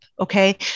Okay